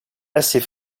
assez